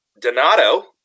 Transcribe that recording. Donato